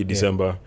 December